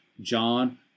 John